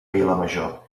vilamajor